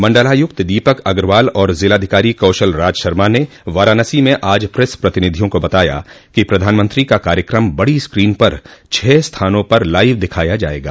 मंडलायुक्त दीपक अग्रवाल और जिलाधिकारी कौशल राज शर्मा ने वाराणसी में आज प्रेस प्रतिनिधियों को बताया कि प्रधानमंत्री का कार्यक्रम बड़ी स्क्रीन पर छह स्थानों पर लाइव दिखाया जायेगा